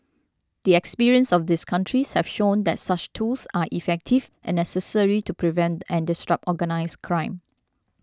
the experiences of these countries have shown that such tools are effective and necessary to prevent and disrupt organised crime